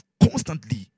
constantly